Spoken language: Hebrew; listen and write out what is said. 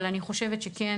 אבל אני חושבת שכן,